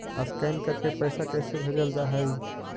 Scan करके पैसा कैसे भेजल जा हइ?